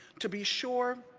to be sure,